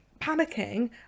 panicking